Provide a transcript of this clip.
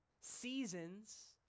seasons